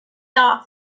off